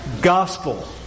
Gospel